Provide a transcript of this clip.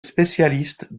spécialiste